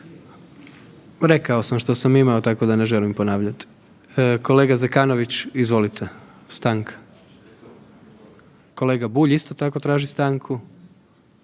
Rekao sam što sam imao, tako da ne želim ponavljat. Kolega Zekanović, izvolite, stanka. Kolega Bulj isto tako traži stanku.